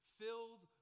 filled